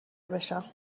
بشم